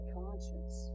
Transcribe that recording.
conscience